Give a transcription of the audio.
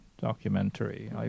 Documentary